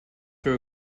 your